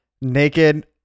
naked